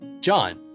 John